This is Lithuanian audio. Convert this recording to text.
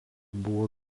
buvo